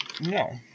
No